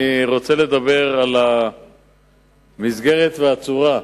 אני רוצה לדבר על המסגרת ועל הצורה.